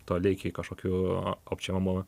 toli iki kažkokių apčiuopiamų